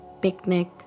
picnic